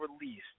released